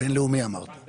מחזיק